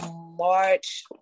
March